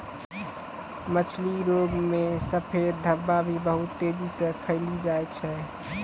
मछली रोग मे सफेद धब्बा भी बहुत तेजी से फैली जाय छै